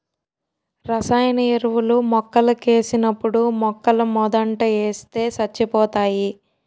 రసాయన ఎరువులు మొక్కలకేసినప్పుడు మొక్కలమోదంట ఏస్తే సచ్చిపోతాయి